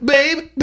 Baby